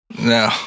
No